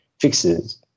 fixes